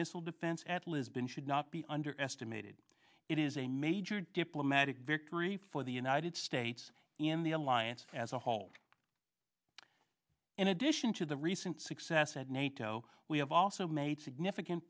missile defense at lisbon should not be underestimated it is a major diplomatic victory for the united states in the alliance as a whole in addition to the recent success at nato we have also made significant